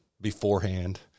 Beforehand